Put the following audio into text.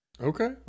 Okay